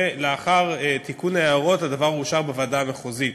ולאחר תיקון ההערות הדבר אושר בוועדה המחוזית,